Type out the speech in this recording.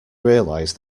realize